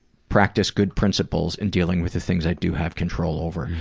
practice good principles in dealing with the things i do have control over.